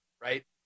right